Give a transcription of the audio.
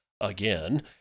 again